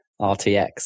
RTX